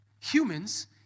humans